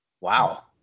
Wow